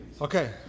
Okay